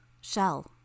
Shell